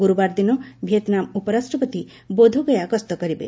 ଗୁରୁବାର ଦିନ ଭିଏତ୍ନାମ୍ ଉପରାଷ୍ଟ୍ରପତି ବୋଧଗୟା ଗସ୍ତ କରିବେ